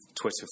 Twitter